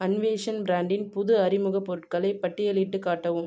அன்வேஷன் பிராண்டின் புது அறிமுகப் பொருட்களை பட்டியலிட்டுக் காட்டவும்